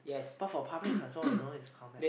but for public transports its counted